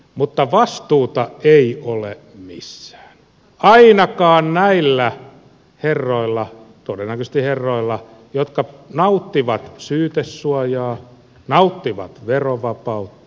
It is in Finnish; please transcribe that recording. mutta vastuuta ei ole missään ainakaan näillä herroilla todennäköisesti herroilla jotka nauttivat syytesuojaa nauttivat verovapautta